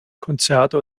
konzerte